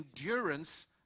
endurance